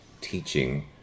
teaching